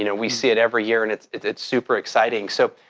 you know we see it every year and it's it's super exciting. so,